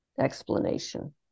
explanation